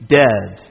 dead